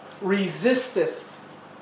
resisteth